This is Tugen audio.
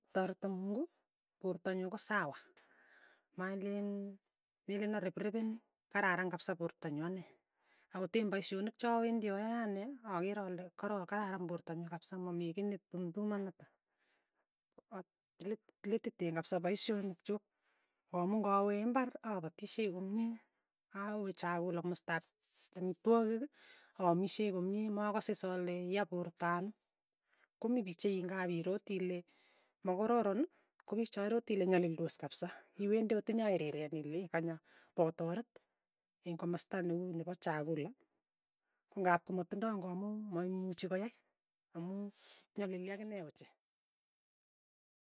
Tareto mungu, porto nyu ko sawa, maleen meleen areprepeni, kararan kapsa porto nyu ane, akot eng' paishonik cha wendi ayae ane, akere ale karo kararan porto nyu kapsa mamii kiy netumtumon ata, lit lititen kapsa paishonik chuk ng'amu ng'awe imbar apatishei komye, awe chakula kimastap amitwogik aamishei komye, makase is ale ya porto ano, komii pik che ng'ap irooti ile makororon, kopiik cha irote ile nyalildos kapisa, iwendi akot inyo iriren ilei kanya potoret eng' komosta ne uu nepo chakula, kong'ap komatindoi ng'amu maimuchi koyai, amu nyalili akine ochei.